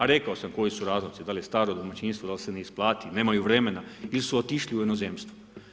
A rekao sam koji su razlozi da li je staro domaćinstvo, da se ne isplati, nemaju vremena ili su otišli u inozemstvo.